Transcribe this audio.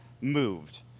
moved